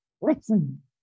listen